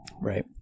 Right